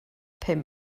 pum